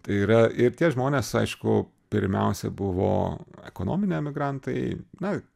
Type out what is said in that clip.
tai yra ir tie žmonės aišku pirmiausia buvo ekonominiai emigrantai na